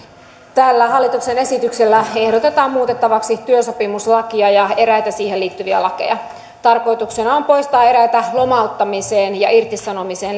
tällä hallituksen esityksellä ehdotetaan muutettavaksi työsopimuslakia ja eräitä siihen liittyviä lakeja tarkoituksena on poistaa eräitä lomauttamiseen ja irtisanomiseen